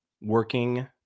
working